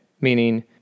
meaning